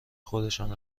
خودشان